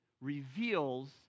reveals